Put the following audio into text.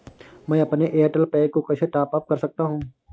मैं अपने Airtel pack को कैसे टॉप अप कर सकता हूँ?